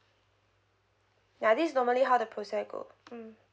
ya this normally how the process go mm